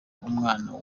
umwana